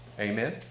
Amen